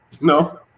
No